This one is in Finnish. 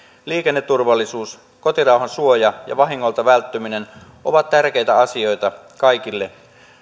liikenneturvallisuus kotirauhan suoja ja vahingolta välttyminen ovat tärkeitä asioita kaikille